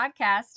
Podcast